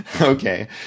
Okay